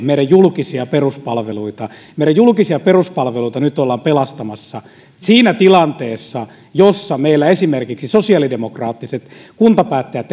meidän julkisia peruspalveluita meidän julkisia peruspalveluita nyt ollaan pelastamassa siinä tilanteessa jossa meillä esimerkiksi sosiaalidemokraattiset kuntapäättäjät